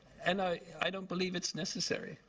and i i don't believe it's necessary.